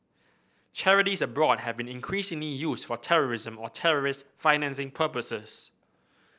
charities abroad have been increasingly used for terrorism or terrorist financing purposes